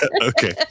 Okay